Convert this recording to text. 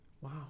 Wow